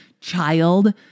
child